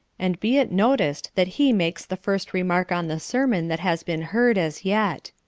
and be it noticed that he makes the first remark on the sermon that has been heard as yet.